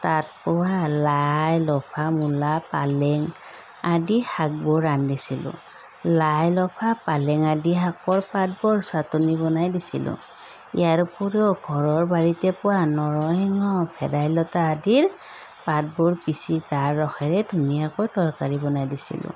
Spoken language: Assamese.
তাত পোৱা লাই লফা মূলা পালেং আদি শাকবোৰ ৰান্ধিছিলোঁ লাই লফা পালেং আদি শাকৰ পাতবোৰ ছাটনি বনাই দিছিলোঁ ইয়াৰ উপৰিও ঘৰৰ বাৰীতে পোৱা নৰসিংহ ভেদাইলতা আদিৰ পাতবোৰ পিছি তাৰ ৰসেৰে ধুনীয়াকৈ তৰকাৰী বনাই দিছিলোঁ